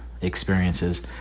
experiences